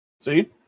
See